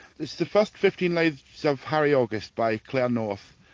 it's the first fifteen lives so of harry august by claire north.